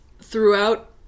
throughout